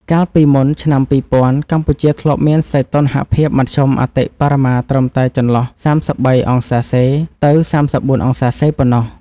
កាលពីមុនឆ្នាំ ២០០០ កម្ពុជាធ្លាប់មានសីតុណ្ហភាពមធ្យមអតិបរមាត្រឹមតែចន្លោះ ៣៣°C ទៅ ៣៤°C ប៉ុណ្ណោះ។